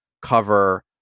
cover